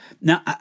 Now